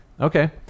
Okay